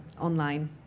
online